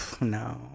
no